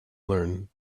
learned